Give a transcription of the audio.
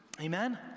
Amen